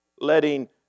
Letting